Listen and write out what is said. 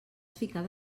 ficada